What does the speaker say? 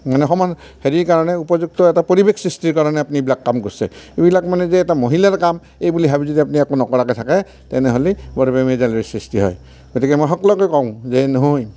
মানে সমান হেৰিৰ কাৰণে উপযুক্ত এটা পৰিৱেশ সৃষ্টিৰ কাৰণে আপুনি এইবিলাক কাম কৰিছে এইবিলাক মানে যে এটা মহিলাৰ কাম এইবুলি ভাবি যদি আপুনি একো নকৰাকৈ থাকে তেনেহ'লে বৰ বেমেজালিৰ সৃষ্টি হয় গতিকে মই সকলোকে কওঁ যে নহয়